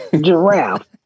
giraffe